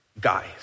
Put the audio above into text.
guys